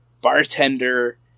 bartender